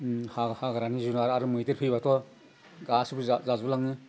हा हाग्रानि जुनारा आरो मैदेर फैब्लाथ' गासैबो जाजुबलाङो